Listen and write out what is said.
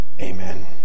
Amen